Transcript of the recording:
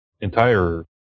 entire